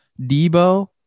Debo